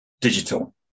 digital